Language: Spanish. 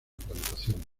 plantación